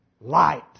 light